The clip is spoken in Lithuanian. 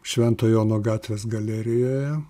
švento jono gatvės galerijoje